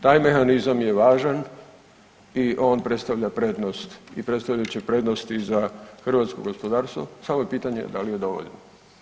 Taj mehanizam je važan i on predstavlja prednost i predstavljat će prednost i za hrvatsko gospodarstvo, samo je pitanje da li je dovoljno.